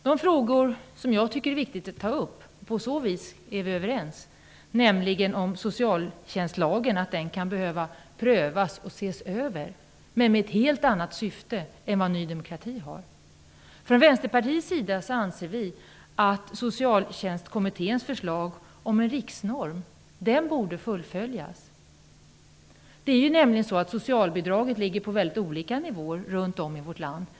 De frågor som jag tycker är viktiga att ta upp är nämligen att socialtjänstlagen kan behöva prövas och ses över -- på så vis är vi överens -- men med ett helt annat syfte än det som Ny demokrati har. Från Vänsterpartiets sida anser vi att Socialtjänstkommitténs förslag om en riksnorm borde fullföljas. Socialbidraget ligger nämligen på mycket olika nivåer runt om i vårt land.